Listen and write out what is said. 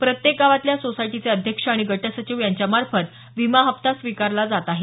प्रत्येक गावातल्या सोसायटीचे अध्यक्ष आणि गटसचिव यांच्यामार्फत विमा हप्ता स्विकारला जात आहे